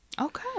Okay